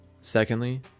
Secondly